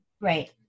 Right